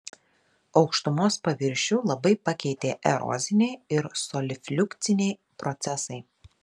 aukštumos paviršių labai pakeitė eroziniai ir solifliukciniai procesai